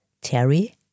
Terry